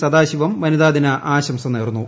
സദാശിലം വനിതാദിന ആശംസ നേർന്നു